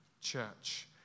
church